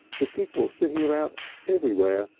with people sitting about anywhere,